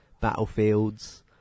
Battlefields